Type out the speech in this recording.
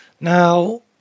now